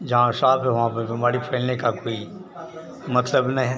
जहाँ साफ है वहाँ पर बीमारी फैलने का कोई मतलब नहीं